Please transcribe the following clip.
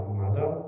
mother